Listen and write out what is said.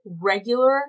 regular